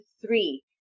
three